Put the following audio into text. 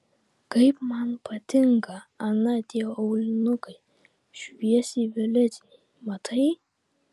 kaip man patinka ana tie aulinukai šviesiai violetiniai matai